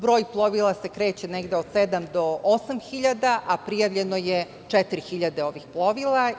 Broj plovila se kreće negde od sedam do osam hiljada, a prijavljeno je četiri hiljade ovih plovila.